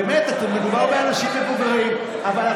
באמת, מדובר באנשים מבוגרים, זו